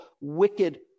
wicked